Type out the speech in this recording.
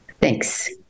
Thanks